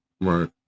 right